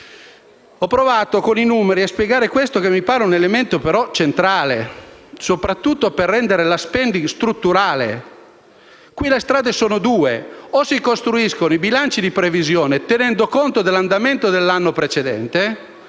Ho provato, con i numeri, a spiegare quello che mi sembra un elemento centrale, soprattutto per rendere la *spending review* strutturale. Qui le strade sono due: o si costruiscono i bilanci di previsione tenendo conto dell'andamento dell'anno precedente